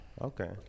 okay